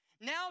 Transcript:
Now